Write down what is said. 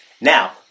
Now